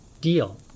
deal